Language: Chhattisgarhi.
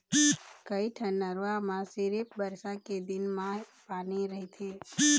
कइठन नरूवा म सिरिफ बरसा के दिन म पानी रहिथे